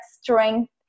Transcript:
strength